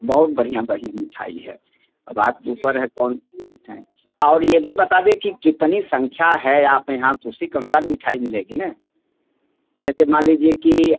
बहुत बढ़िया बढ़िया मिठाई है अब आपके ऊपर है कौन सी मिठाई और ये भी बता दें कि कितनी संख्या है आप यहाँ तो उसी के अनुसार मिठाई मिलेगी ना जैसे मान लीजिए कि